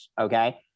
Okay